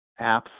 apps